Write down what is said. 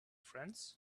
friends